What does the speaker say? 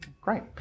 Great